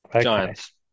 Giants